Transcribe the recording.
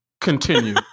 continue